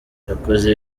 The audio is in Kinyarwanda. yakoze